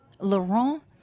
Laurent